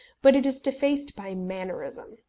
but it is defaced by mannerism.